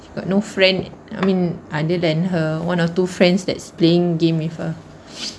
got no friend I mean other than her one or two friends that's playing game with her